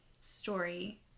story